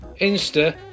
Insta